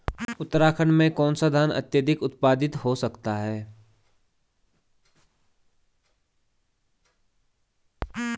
उत्तराखंड में कौन सा धान अत्याधिक उत्पादित हो सकता है?